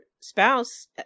spouse